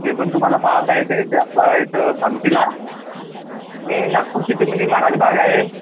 ते पण तुम्हाला पाहता येते जे आपला इथं कामटीला आणि नागपूर सिटीमध्ये महाराज बाग आहे